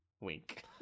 Wink